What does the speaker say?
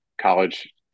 College